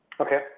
Okay